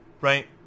right